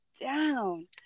down